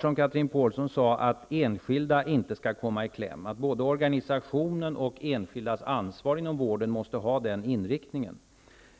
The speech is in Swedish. Som Chatrine Pålsson sade är det självklart att enskilda patienter inte skall komma i kläm. Både organisationen och de enskildas ansvar inom vården måste ha den inriktningen.